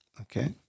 okay